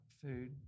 food